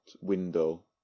window